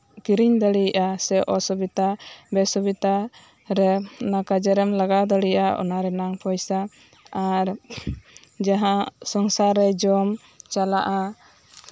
ᱠᱤᱨᱤᱧ ᱫᱟᱲᱮᱭᱟᱜᱼᱟ ᱥᱮ ᱚᱥᱩᱵᱤᱫᱷᱟ ᱵᱮᱼᱥᱩᱵᱤᱛᱟᱨᱮ ᱠᱟᱡᱮᱨᱮᱢ ᱞᱟᱜᱟᱣ ᱫᱟᱲᱮᱭᱟᱜᱼᱟ ᱚᱱᱟ ᱨᱮᱱᱟᱝ ᱯᱚᱭᱥᱟ ᱟᱨ ᱡᱟᱦᱟᱸ ᱥᱚᱝᱥᱟᱨ ᱨᱮ ᱡᱚᱢ ᱪᱟᱞᱟᱜᱼᱟ